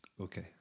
Okay